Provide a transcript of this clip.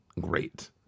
great